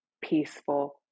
peaceful